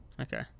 Okay